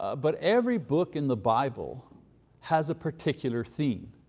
but every book in the bible has a particular theme,